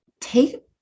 take